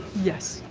yes.